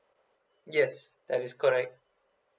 yes that is correct